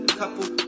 couple